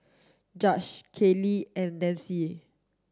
Judge Katlyn and Nanci